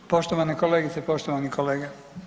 Poštovane kolegice, poštovane kolege.